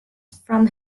from